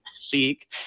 chic